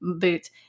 boots